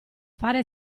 fare